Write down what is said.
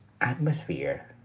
atmosphere